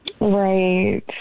Right